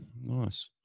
nice